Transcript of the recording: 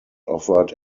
offered